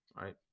right